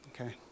okay